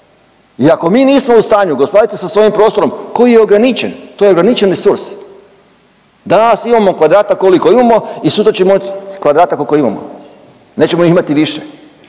I ako mi nismo u stanju gospodariti sva svojim prostorom koji je ograničen, to je ograničen resurs. Danas imamo kvadrata koliko imamo i sutra ćemo imati kvadrata koliko imamo. Nećemo ih imati više.